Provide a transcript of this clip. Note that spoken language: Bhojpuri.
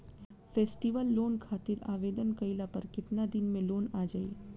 फेस्टीवल लोन खातिर आवेदन कईला पर केतना दिन मे लोन आ जाई?